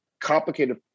complicated